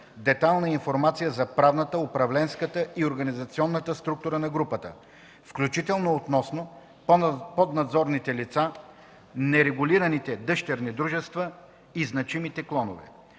детайлна информация за правната, управленската и организационната структура на групата, включително относно поднадзорните лица, нерегулираните дъщерни дружества и значимите клонове.